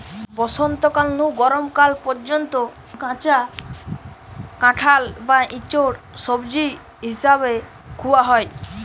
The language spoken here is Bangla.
বসন্তকাল নু গরম কাল পর্যন্ত কাঁচা কাঁঠাল বা ইচোড় সবজি হিসাবে খুয়া হয়